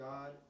God